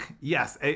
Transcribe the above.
yes